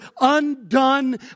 undone